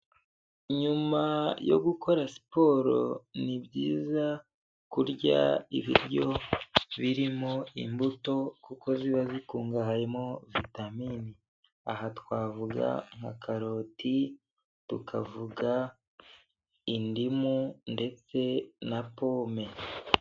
Nyuma yo gukora siporo ni byiza kurya ibiryo birimo imbuto, kuko ziba zikungahayemo vitamine aha twavuga nka karoti tukavuga indimu ndetse na pome.